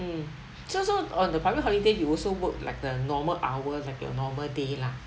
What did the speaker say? mm so so on the public holiday you also work like the normal hours like your normal day lah